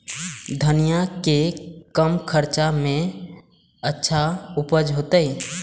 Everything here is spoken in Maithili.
धनिया के कम खर्चा में अच्छा उपज होते?